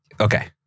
Okay